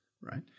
right